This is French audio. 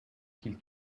qu’il